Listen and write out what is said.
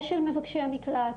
ושל מבקשי מקלט,